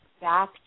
back